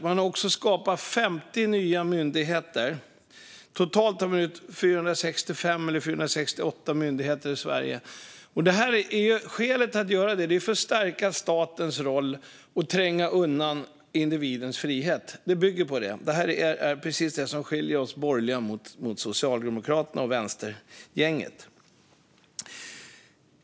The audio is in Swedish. Man har också skapat 50 nya myndigheter; totalt har vi nu 465 eller 468 myndigheter i Sverige. Skälet till att göra det är att stärka statens roll och tränga undan individens frihet; det bygger på detta. Det är precis det som skiljer oss borgerliga från Socialdemokraterna och vänstergänget.